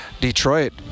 Detroit